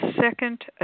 second